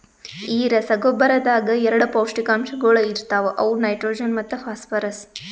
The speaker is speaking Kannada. ಈ ರಸಗೊಬ್ಬರದಾಗ್ ಎರಡ ಪೌಷ್ಟಿಕಾಂಶಗೊಳ ಇರ್ತಾವ ಅವು ನೈಟ್ರೋಜನ್ ಮತ್ತ ಫಾಸ್ಫರ್ರಸ್